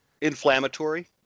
inflammatory